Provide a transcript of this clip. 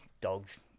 dog's